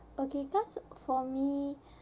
okay cause for me